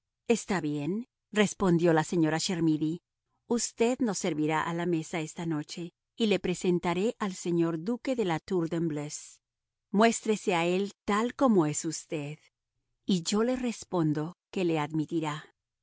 años está bien respondió la señora chermidy usted nos servirá a la mesa esta noche y le presentaré al señor duque de la tour de embleuse muéstrese a él tal como es usted y yo le respondo que le admitirá